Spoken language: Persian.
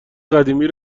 قدیمی